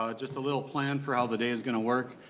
ah just a little plan for how the days going to work.